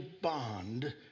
bond